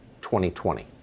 2020